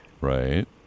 Right